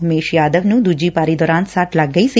ਉਮੇਸ਼ ਯਾਦਵ ਨੂੰ ਦੂਜੀ ਪਾਰੀ ਦੌਰਾਨ ਸੱਟ ਲੱਗ ਗਈ ਸੀ